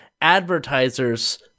advertisers